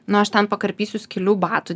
nu aš ten pakarpysiu skylių batų